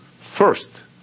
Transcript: First